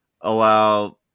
allow